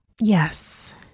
Yes